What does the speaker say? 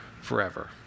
forever